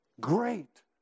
Great